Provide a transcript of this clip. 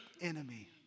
enemy